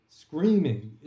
screaming